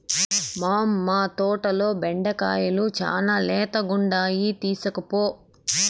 మ్మౌ, మా తోటల బెండకాయలు శానా లేతగుండాయి తీస్కోపో